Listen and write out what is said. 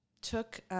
took